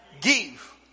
give